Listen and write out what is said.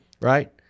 right